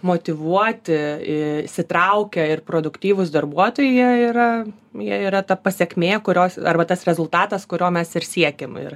motyvuoti į sitraukę ir produktyvūs darbuotojai jie yra jie yra ta pasekmė kurios arba tas rezultatas kurio mes ir siekėm ir